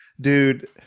Dude